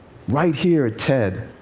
right here at ted,